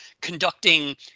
conducting